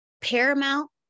Paramount